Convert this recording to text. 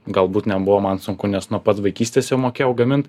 galbūt nebuvo man sunku nes nuo pat vaikystės jau mokėjau gamint